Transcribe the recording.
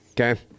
Okay